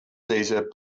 caesar